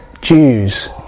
Jews